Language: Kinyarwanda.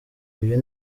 uyu